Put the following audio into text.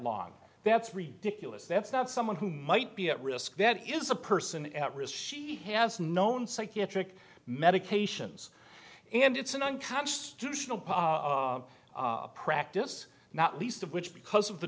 long that's ridiculous that's not someone who might be at risk that is a person at risk she has known psychiatric medications and it's an unconstitutional practice not least of which because of the